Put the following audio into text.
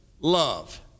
love